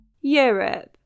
Europe